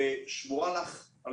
שמור לך על